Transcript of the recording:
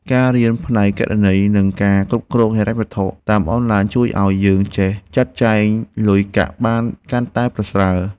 ការរៀនផ្នែកគណនេយ្យ និងការគ្រប់គ្រងហិរញ្ញវត្ថុតាមអនឡាញជួយឱ្យយើងចេះចាត់ចែងលុយកាក់បានកាន់តែប្រសើរ។